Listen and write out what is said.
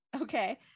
okay